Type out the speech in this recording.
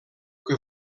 que